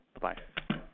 Bye-bye